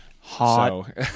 hot